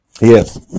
yes